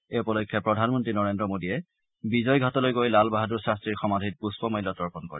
এই উপলক্ষে প্ৰধানমন্ত্ৰী নৰেন্দ্ৰ মোদীয়ে বিজয় ঘাটলৈ গৈ লাল বাহাদুৰ শাস্ত্ৰীৰ সমাধিত পুষ্পমাল্য তৰ্পণ কৰে